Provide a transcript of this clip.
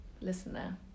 listener